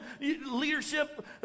leadership